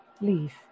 Leave